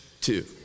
Two